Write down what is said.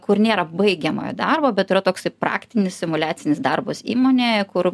kur nėra baigiamojo darbo bet yra toksai praktinis simuliacinis darbas įmonėje kur